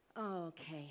Okay